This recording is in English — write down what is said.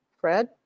Fred